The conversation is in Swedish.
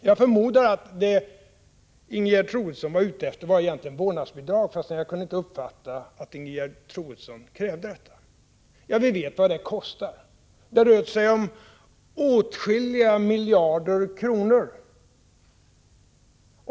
Jag förmodar att det som Ingegerd Troedsson var ute efter egentligen var vårdnadsbidrag, fast jag kunde inte uppfatta att Ingegerd Troedsson krävde detta. Ja, vi vet vad det kostar. Det rör sig om åtskilliga miljarder kronor.